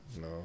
No